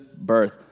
birth